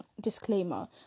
disclaimer